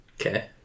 Okay